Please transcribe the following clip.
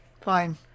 Fine